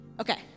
okay